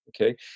Okay